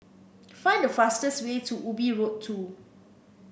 find the fastest way to Ubi Road Two